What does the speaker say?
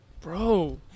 Bro